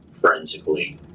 forensically